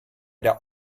der